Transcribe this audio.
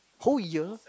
whole year